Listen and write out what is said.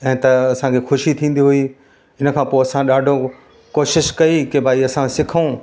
ऐं त असांखे खुशी थींदी हुई हिन खां पोइ असां ॾाढो कोशिश कई की भाई असां सिखूं